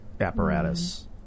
apparatus